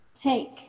Take